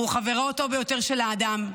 הוא חברו הטוב ביותר של האדם.